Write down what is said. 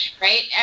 Right